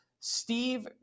Steve